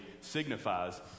signifies